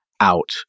out